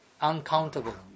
uncountable